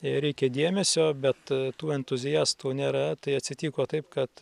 jai reikia dėmesio bet tų entuziastų nėra tai atsitiko taip kad